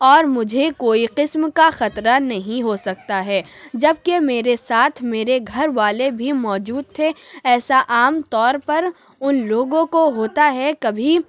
اور مجھے کوئی قسم کا خطرہ نہیں ہو سکتا ہے جب کہ میرے ساتھ میرے گھر والے بھی موجود تھے ایسا عام طور پر ان لوگوں کو ہوتا ہے کبھی